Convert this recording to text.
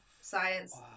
science